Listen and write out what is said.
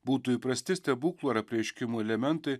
būtų įprasti stebuklų ar apreiškimų elementai